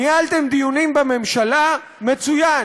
ניהלתם דיונים בממשלה, מצוין.